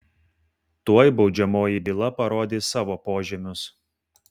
tuoj baudžiamoji byla parodys savo požymius